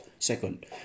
Second